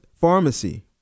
pharmacy